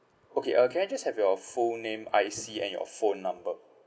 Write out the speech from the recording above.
okay uh can I just have your full name I_C and your phone number